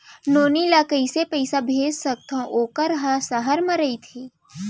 नोनी ल कइसे पइसा भेज सकथव वोकर ह सहर म रइथे?